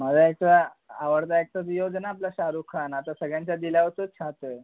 मला ह्याचा आवडता अॅक्टर हीरो जो आहे ना आपला शाहरुख खान आता सगळ्यांच्या दिलावर तोच छातो आहे